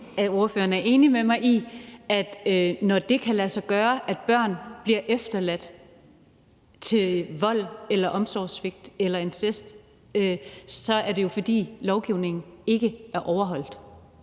at ordføreren er enig med mig i, at når det kan lade sig gøre, at børn bliver efterladt til vold eller omsorgssvigt eller incest, så er det jo, fordi lovgivningen ikke er overholdt.